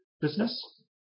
business